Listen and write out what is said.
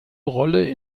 rolle